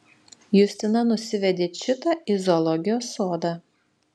justina nusivedė čitą į zoologijos sodą